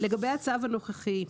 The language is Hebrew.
לגבי הצו הנוכחי.